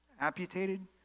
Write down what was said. amputated